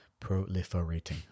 Proliferating